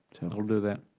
i will do that.